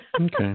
Okay